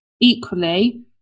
Equally